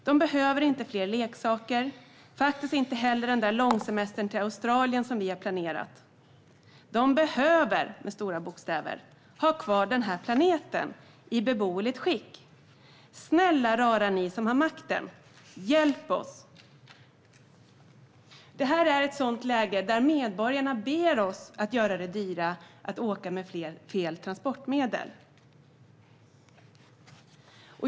De behöver inte fler leksaker och faktiskt inte heller den där långsemestern till Australien som vi har planerat. De behöver ha kvar den här planeten i beboeligt skick. Snälla rara ni som har makten, hjälp oss! Detta är ett läge där medborgarna ber oss att göra det dyrare att åka med fel transportmedel.